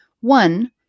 One